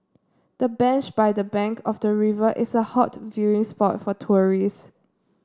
the bench by the bank of the river is a hot viewing spot for tourists